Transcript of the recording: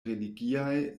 religiaj